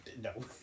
No